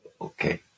Okay